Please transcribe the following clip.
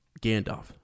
Gandalf